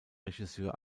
regisseur